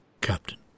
captain